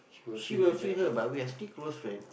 she will feel hurt but we are still close friend